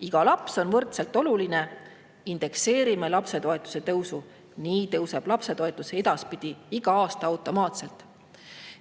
Iga laps on võrdselt oluline ja nad indekseerivad lapsetoetuse tõusu. Nii tõuseb lapsetoetus edaspidi iga aasta automaatselt.